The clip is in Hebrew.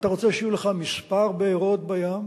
אתה רוצה שיהיו לך כמה בארות בים,